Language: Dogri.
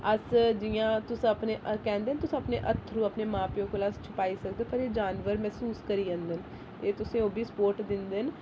अस जियां तुस अपने कैंह्दे न तुस अपने अत्थरूं अपने मां प्यौ छपाई सकदे ओ पर एह् जानवर मसूस करी जंदे न एह् तुसेंगी ओह् बी सपोट दिंदे न